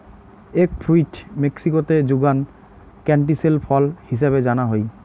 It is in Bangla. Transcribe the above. এগ ফ্রুইট মেক্সিকোতে যুগান ক্যান্টিসেল ফল হিছাবে জানা হই